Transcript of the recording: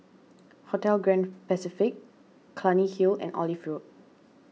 Hotel Grand Pacific Clunny Hill and Olive Road